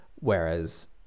whereas